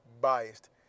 biased